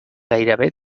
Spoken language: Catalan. gairebé